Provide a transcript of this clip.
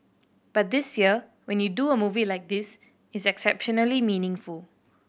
but this year when you do a movie like this it's exceptionally meaningful